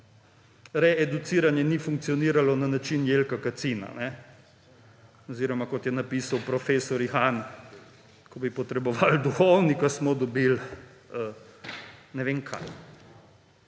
reeduciranje ni funkcioniralo na način Jelka Kacina oziroma kot je napisan profesor Ihan: »Ko bi potreboval duhovnika, smo dobil …«, ne vem kaj.